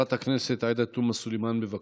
חברת הכנסת עאידה תומא סלימאן, בבקשה.